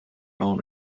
own